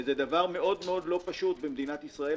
זה דבר מאוד מאוד לא פשוט במדינת ישראל,